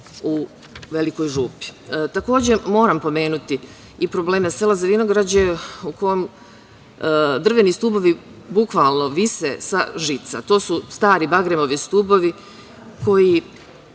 u Velikoj župi. Takođe, moram pomenuti i probleme sela Zavinograđe, u kome drveni stubovi bukvalno vise sa žica. To su stari bagremovi stubovi, koji